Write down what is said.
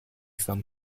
some